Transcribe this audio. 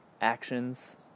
actions